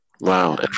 Wow